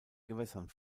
gewässern